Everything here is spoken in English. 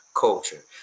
Culture